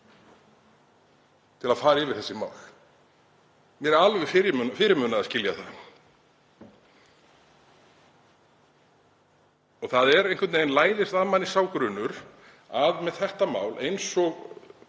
til að fara yfir þessi mál? Mér er alveg fyrirmunað að skilja það. Það læðist að manni sá grunur að með þetta mál, eins og